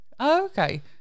Okay